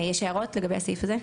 יש הערות לגבי הסעיף הזה?